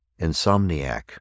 insomniac